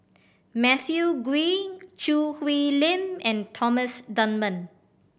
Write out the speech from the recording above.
Matthew Ngui Choo Hwee Lim and Thomas Dunman